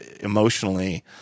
emotionally